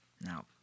Now